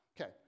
Okay